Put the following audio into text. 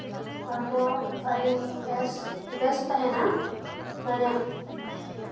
ᱦᱚᱲᱢᱚ ᱵᱷᱟᱹᱞᱤ ᱵᱮᱥ ᱛᱟᱦᱮᱱᱟ ᱢᱟᱱᱮ